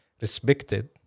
respected